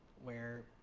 where